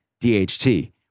DHT